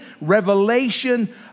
revelation